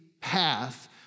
path